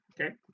okay